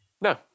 No